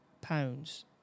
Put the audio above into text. pounds